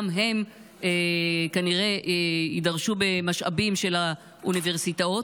גם להם כנראה יידרשו משאבים של האוניברסיטאות.